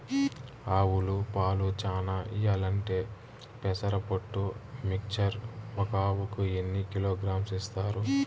ఆవులు పాలు చానా ఇయ్యాలంటే పెసర పొట్టు మిక్చర్ ఒక ఆవుకు ఎన్ని కిలోగ్రామ్స్ ఇస్తారు?